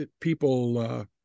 people